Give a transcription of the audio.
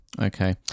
Okay